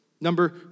Number